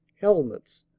helmets,